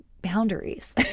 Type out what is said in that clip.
boundaries